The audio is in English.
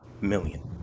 million